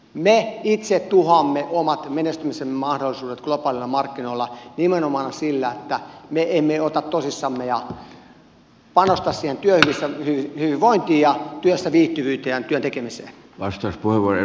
me itse tuhoamme omat menestymisen mahdollisuudet globaaleilla markkinoilla nimenomaan sillä että me emme ota tosissamme ja panosta siihen työhyvinvointiin ja työssä viihtyvyyteen ja työn tekemiseen